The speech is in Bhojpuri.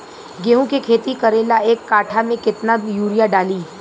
गेहूं के खेती करे ला एक काठा में केतना युरीयाँ डाली?